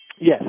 Yes